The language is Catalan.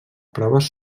proves